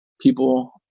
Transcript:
people